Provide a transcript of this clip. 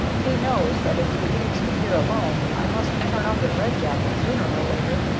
he knows that if he leaves me here alone i must turn up in red jacket sooner or later,